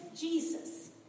Jesus